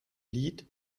lied